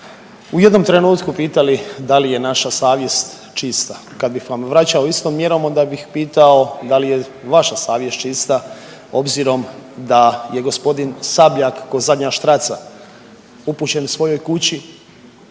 u jednom trenutku pitali da li je naša savjest čista. Kad bih vam vraćao istom mjerom onda bih pitao da li je vaša savjest čista obzirom da je gospodin Sabljak ko zadnja štraca upućen svojoj kući,